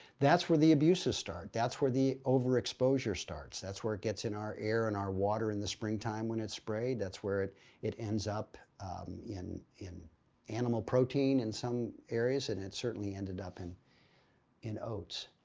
that's where the abuses start. that's where the overexposure starts. that's where it gets in our air and our water in the springtime when it's sprayed. that's where it it ends up in in animal protein in some areas and it certainly ended up in in oats.